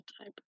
type